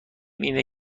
اینه